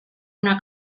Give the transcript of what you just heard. una